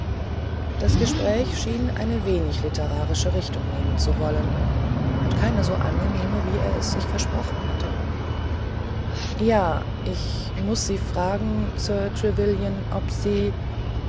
das gespräch schien eine wenig literarische richtung nehmen zu wollen und keine so angenehme wie er sich es versprochen hatte ja ich muß sie fragen sir trevelyan ob sie